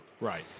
Right